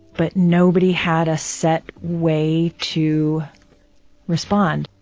but nobody had a set way to respond.